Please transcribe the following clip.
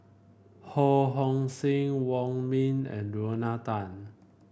Ho Hong Sing Wong Ming and Lorna Tan